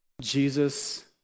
Jesus